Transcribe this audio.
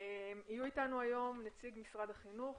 יהיו אתנו היום נציג משרד החינוך,